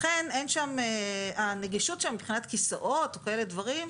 לכן הנגישות שם מבחינת כיסאות וכאלה דברים,